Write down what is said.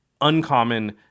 uncommon